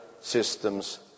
systems